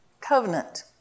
Covenant